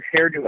Hairdo